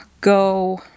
go